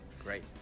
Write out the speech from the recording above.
Great